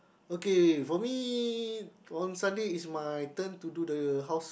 okay for me on Sunday is my turn to do the house